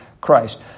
Christ